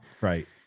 Right